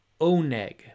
Oneg